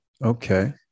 okay